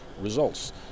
results